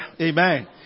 Amen